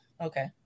Okay